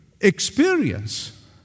experience